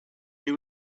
knew